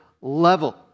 level